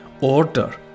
order